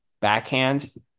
backhand